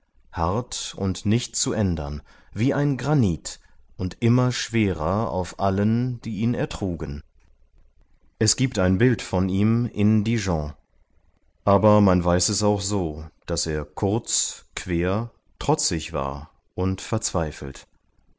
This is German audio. hart und nicht zu ändern wie ein granit und immer schwerer auf allen die ihn ertrugen es giebt ein bild von ihm in dijon aber man weiß es auch so daß er kurz quer trotzig war und verzweifelt